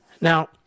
Now